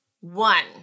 one